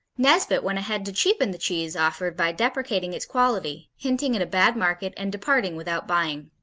nesbit went ahead to cheapen the cheese offered by deprecating its quality, hinting at a bad market and departing without buying.